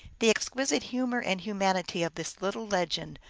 the exquisite humor and humanity of this little legend,